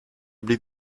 blieb